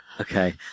Okay